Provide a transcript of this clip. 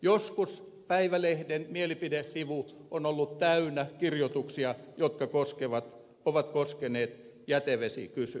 joskus päivälehden mielipidesivu on ollut täynnä kirjoituksia jotka ovat koskeneet jätevesikysymystä